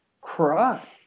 Cry